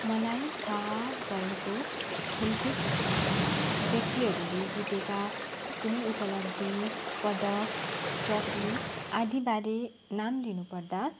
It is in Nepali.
मलाई थाहा भएको खेलकुद व्यक्तिहरूले जितेका कुनै उपलिब्ध पदक ट्रफी आदि बारे नाम लिनु पर्दा